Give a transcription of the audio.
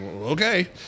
okay